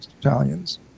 Italians